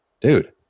dude